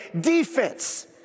defense